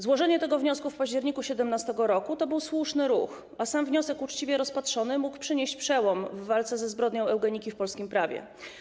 Złożenie tego wniosku w październiku 2017 r. to był słuszny ruch, a sam wniosek uczciwie rozpatrzony mógł przynieść przełom w walce ze zbrodnią eugeniki w polskim prawie.